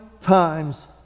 times